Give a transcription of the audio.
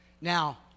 Now